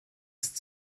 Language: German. ist